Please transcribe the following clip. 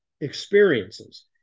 experiences